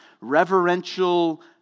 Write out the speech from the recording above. reverential